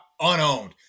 unowned